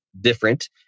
different